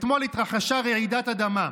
אתמול התרחשה רעידת אדמה: